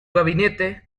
gabinete